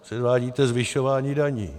Předvádíte zvyšování daní.